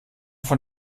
von